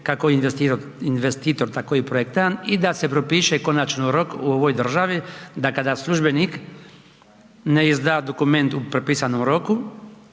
kako investitor, tako i projektant i da se propiše konačno rok u ovoj državi da kada službenik ne izda dokument u propisanom roku